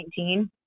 2019